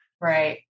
Right